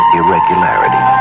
irregularity